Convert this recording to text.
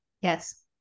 Yes